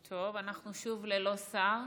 טוב, אנחנו שוב ללא שר.